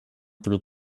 through